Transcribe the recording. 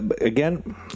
again